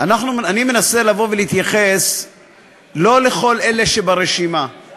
אני מנסה להתייחס לא לכל אלה שברשימה של